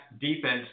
defense